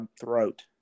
throat